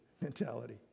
mentality